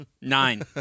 Nine